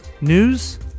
news